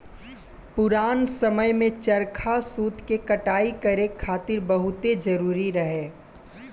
पुरान समय में चरखा सूत के कटाई करे खातिर बहुते जरुरी रहे